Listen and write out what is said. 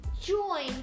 Join